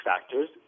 factors